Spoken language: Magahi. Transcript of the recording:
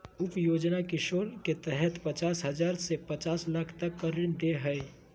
उप योजना किशोर के तहत पचास हजार से पांच लाख तक का ऋण दे हइ